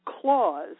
clause